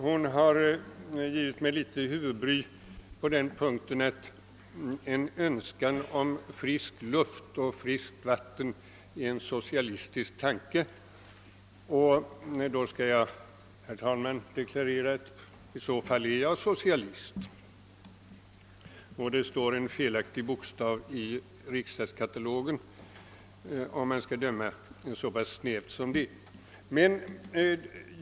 Hon har givit mig litet huvudbry på den punkten, att hon påstår att en önszskan om frisk luft och friskt vatten är en socialistisk tanke. Då skall jag, herr talman, deklarera, att i så fall är jag socialist! Ifall man skall göra en så snäv bedömning står det en felaktig bokstav vid mitt namn i riksdagskatalogen.